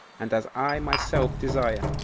and as i myself desire.